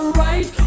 right